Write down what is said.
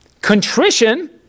Contrition